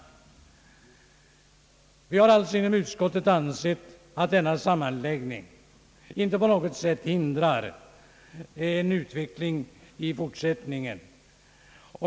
Vi har inom utskottet ansett att denna sammanläggning inte på något sätt hindrar en utveckling i fortsättningen.